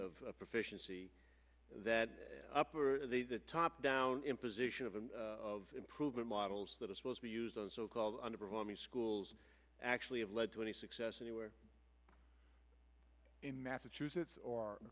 of proficiency that up for the top down imposition of a of improvement models that are supposed to use on so called underperforming schools actually have led to any success anywhere in massachusetts or